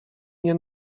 nie